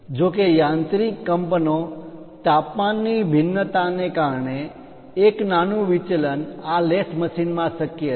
જો કે યાંત્રિક કંપનો તાપમાનની ભિન્નતાને કારણે એક નાનું વિચલન આ લેથ મશીનમાં શક્ય છે